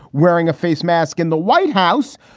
wearing a face mask in the white house.